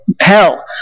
hell